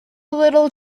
little